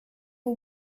for